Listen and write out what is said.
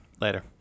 Later